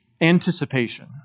anticipation